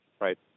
right